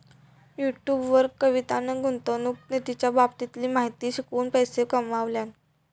YouTube वर कवितान गुंतवणूक निधीच्या बाबतीतली माहिती शिकवून पैशे कमावल्यान